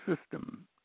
system